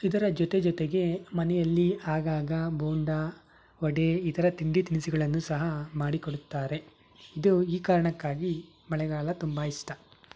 ಇದರ ಜೊತೆ ಜೊತೆಗೆ ಮನೆಯಲ್ಲಿ ಆಗಾಗ ಬೋಂಡಾ ವಡೆ ಇತರ ತಿಂಡಿ ತಿನಸುಗಳನ್ನೂ ಸಹ ಮಾಡಿಕೊಡುತ್ತಾರೆ ಇದು ಈ ಕಾರಣಕ್ಕಾಗಿ ಮಳೆಗಾಲ ತುಂಬ ಇಷ್ಟ